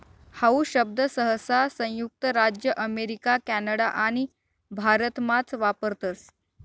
how शब्द सहसा संयुक्त राज्य अमेरिका कॅनडा आणि भारतमाच वापरतस